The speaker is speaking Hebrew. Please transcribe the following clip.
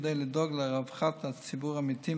כדי לדאוג לרווחת ציבור העמיתים